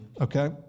okay